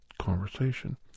conversation